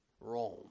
Rome